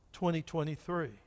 2023